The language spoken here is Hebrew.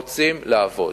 הם רוצים לעבוד,